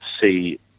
see